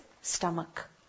stomach